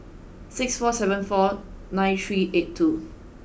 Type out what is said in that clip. six four seven four nine three eight two